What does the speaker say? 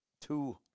Two